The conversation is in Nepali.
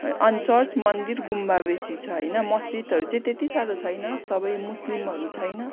अनि चर्च मन्दिर गुम्बा बेसी छ होइन मस्जिदहरू चाहिँ त्यति साह्रो छैन सबै मुस्लिमहरू छैन